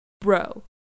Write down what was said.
bro